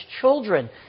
children